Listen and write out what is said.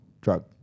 drug